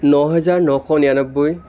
ন হেজাৰ নশ নিৰানব্বৈ